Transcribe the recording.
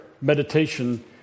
meditation